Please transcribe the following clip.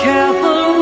Careful